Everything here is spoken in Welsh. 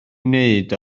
wneud